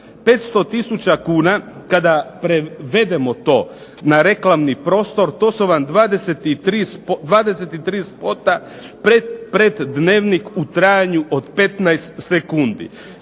500 tisuća kuna, kada prevedemo to na reklamni prostor to su vam 23 spota pred Dnevnik u trajanju od 15 sekundi.